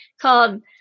called